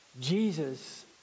Jesus